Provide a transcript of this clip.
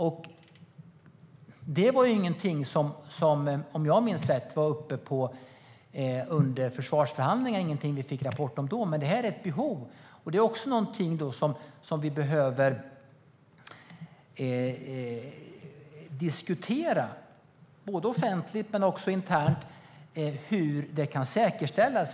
Om jag minns rätt kom detta inte upp under försvarsförhandlingarna, men det är ett behov. Vi behöver diskutera både offentligt och internt hur vi kan säkerställa detta.